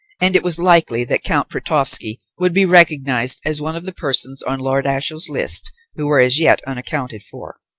and it was likely that count pretovsky would be recognized as one of the persons on lord ashiel's list who were as yet unaccounted for.